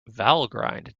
valgrind